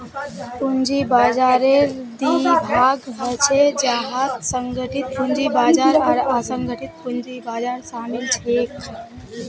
पूंजी बाजाररेर दी भाग ह छेक जहात संगठित पूंजी बाजार आर असंगठित पूंजी बाजार शामिल छेक